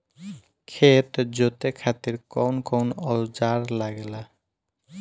खेत जोते खातीर कउन कउन औजार लागेला?